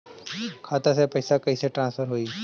खाता से पैसा कईसे ट्रासर्फर होई?